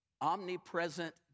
omnipresent